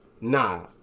Nah